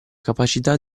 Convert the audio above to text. capacità